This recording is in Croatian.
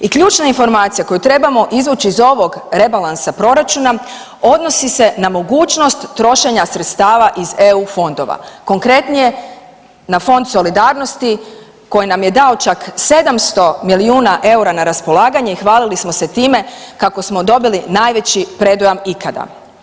I ključna informacija koju trebamo izvući iz ovog rebalansa proračuna odnosi se na mogućnost trošenja sredstava iz eu fondova, konkretnije na Fond solidarnosti koji nam je dao čak 700 milijuna eura na raspolaganje i hvalili smo se time kako smo dobili najveći predujam ikada.